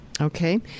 Okay